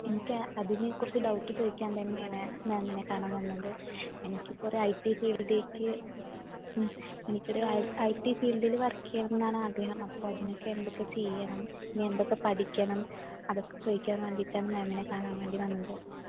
എനിക്ക് അതിനെക്കുറിച്ച് ഡൗട്ട് ചോദിക്കാൻ തന്നെയാണ് മാമിനെ കാണാൻ വന്നത് എനിക്കിപ്പോൾ ഒരു ഐ ടി ഫീൽഡിലേക്ക് എനിക്കൊരു ഐ ടി ഫീൽഡിൽ വർക്ക് ചെയ്യണം എന്നാണ് ആഗ്രഹം അപ്പോൾ അതിനൊക്കെ എന്തൊക്കെ ചെയ്യണം ഇനി എന്തൊക്കെ പഠിക്കണം അതൊക്കെ ചോദിക്കാൻ വേണ്ടിയിട്ടാണ് മാമിനെ കാണാൻ വേണ്ടി വന്നത്